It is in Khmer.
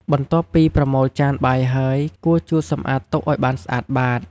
បន្ទាប់ពីប្រមូលចានបាយហើយ គួរជូតសម្អាតតុឱ្យបានស្អាតបាត។